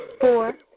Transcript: Four